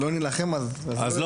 זה הספורט היחיד שאינו מונגש.